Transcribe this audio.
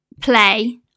Play